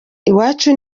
iwacu